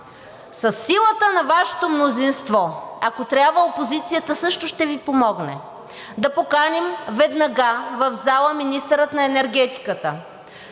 силата на Вашето мнозинство, ако трябва опозицията също ще Ви помогне, да поканим веднага в залата министъра на енергетиката